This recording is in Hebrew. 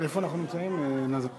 מבינה למה אתה יורד.